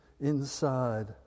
inside